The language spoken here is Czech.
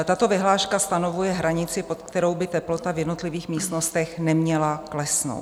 Tato vyhláška stanovuje hranici, pod kterou by teplota v jednotlivých místnostech neměla klesnout.